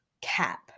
cap